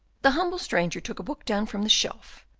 the humble stranger took a book down from the shelf,